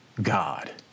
God